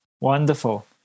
Wonderful